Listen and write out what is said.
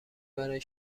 برای